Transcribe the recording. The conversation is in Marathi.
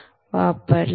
वापरला आहे